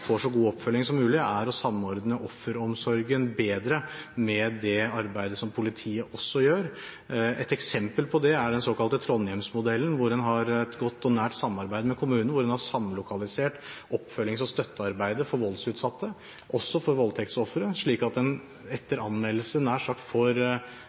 så god oppfølging som mulig, er å samordne offeromsorgen bedre med arbeidet politiet gjør. Et eksempel på det er den såkalte Trondheimsmodellen, hvor en har et godt og nært samarbeid med kommunen og har samlokalisert oppfølgings- og støttearbeidet for voldsutsatte, også for voldtektsofre, slik at en